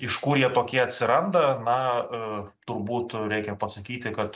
iš kur jie tokie atsiranda na turbūt reikia pasakyti kad